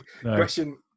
question